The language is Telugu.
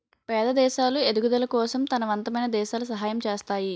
పేద దేశాలు ఎదుగుదల కోసం తనవంతమైన దేశాలు సహాయం చేస్తాయి